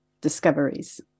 discoveries